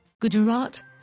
Gujarat